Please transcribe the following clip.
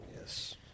Yes